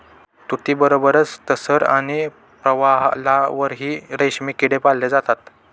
तुतीबरोबरच टसर आणि प्रवाळावरही रेशमी किडे पाळले जातात